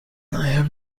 have